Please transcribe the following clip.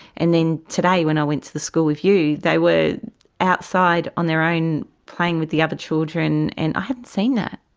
and then today when i went to the school with you, they were outside on their own playing with the other children, and i hadn't seen that.